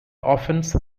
offence